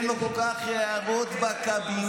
אין לו כל כך הערות בקבינט,